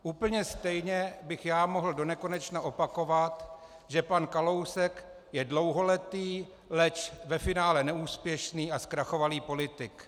Úplně stejně bych já mohl donekonečna opakovat, že pan Kalousek je dlouholetý, leč ve finále neúspěšný a zkrachovalý politik.